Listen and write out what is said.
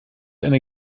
eine